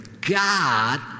God